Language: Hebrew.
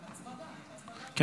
התשפ"ד 2023,